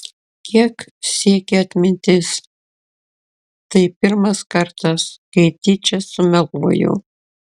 kiek siekia atmintis tai pirmas kartas kai tyčia sumeluoju